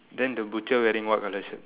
then the butcher wearing what colour shirt